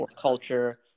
culture